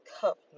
cup